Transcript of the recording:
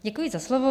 Děkuji za slovo.